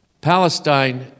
Palestine